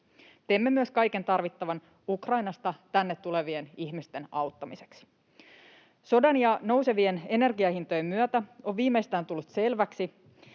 Teemme myös kaiken tarvittavan Ukrainasta tänne tulevien ihmisten auttamiseksi. Sodan ja nousevien energianhintojen myötä on viimeistään tullut selväksi,